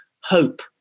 hope